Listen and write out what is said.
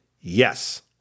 Yes